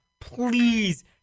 please